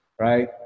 right